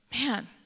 Man